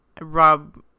rob